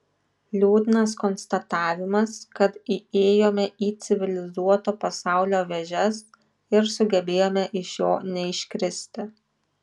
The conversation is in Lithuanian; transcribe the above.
liūdnas konstatavimas kad įėjome į civilizuoto pasaulio vėžes ir sugebėjome iš jo neiškristi